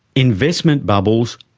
investment bubbles,